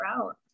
route